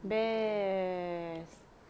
best